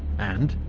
and,